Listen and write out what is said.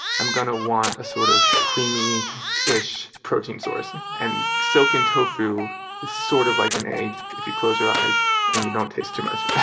i'm going to want a sort of creamy-ish protein source. and silken tofu is sort of like an egg if you close your eyes and you don't taste too much